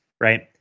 right